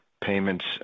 payments